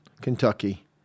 Kentucky